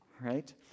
right